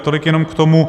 Tolik jenom k tomu.